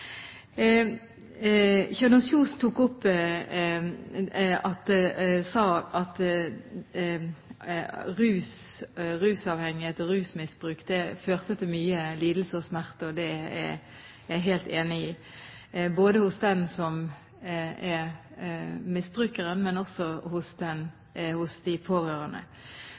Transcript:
Kjønaas Kjos sa at rusavhengighet og rusmisbruk førte til mye lidelse og smerte – og det er jeg helt enig i – både hos den som er misbruker, og også hos de pårørende. Når det gjelder akkurat det arbeidet som er gjort overfor barn, barn som pårørende,